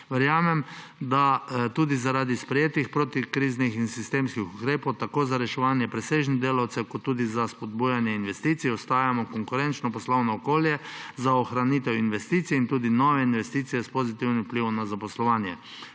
Verjamem, da tudi zaradi sprejetih protikriznih in sistemskih ukrepov tako za reševanje presežnih delavcev kot tudi za spodbujanje investicij ostajamo konkurenčno poslovno okolje za ohranitev investicij in tudi nove investicije s pozitivnim vplivom na zaposlovanje.